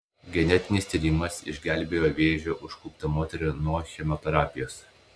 genetinis tyrimas išgelbėjo vėžio užkluptą moterį nuo chemoterapijos